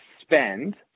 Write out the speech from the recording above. spend